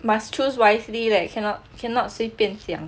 must choose wisely K cannot cannot 随便